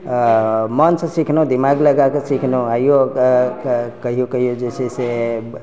मनसँ सिखलहुँ दिमाग लगाकऽ सिखलहुँ आइयौ कहियौ कहियौ जेछै से